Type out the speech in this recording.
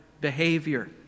behavior